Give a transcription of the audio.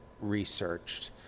researched